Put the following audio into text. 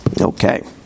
okay